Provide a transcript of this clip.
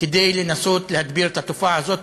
כדי לנסות להדביר את התופעה הזו.